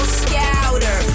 scouter